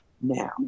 now